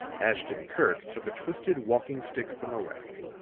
ashton-kirk took a twisted walking stick from a rack,